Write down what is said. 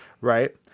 right